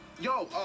Yo